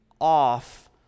off